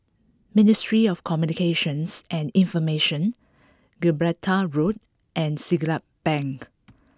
Ministry of Communications and Information Gibraltar Road and Siglap Bank